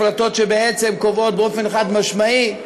הפרטות שבעצם קובעות באופן חד-משמעי,